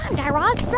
guy raz.